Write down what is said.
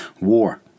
War